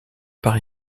par